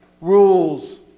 Rules